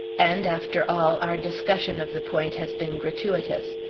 and, after all, our discussion of the point has been gratuitous.